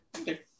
Okay